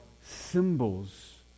symbols